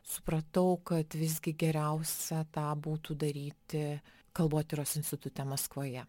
supratau kad visgi geriausia tą būtų daryti kalbotyros institute maskvoje